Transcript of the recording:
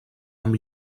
amb